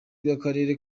bw’akarere